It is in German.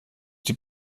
die